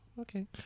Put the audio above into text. okay